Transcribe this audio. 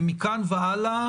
ומכאן והלאה